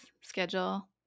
schedule